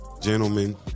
gentlemen